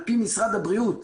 על פי משרד הבריאות,